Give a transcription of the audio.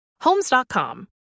Homes.com